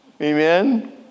Amen